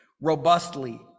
robustly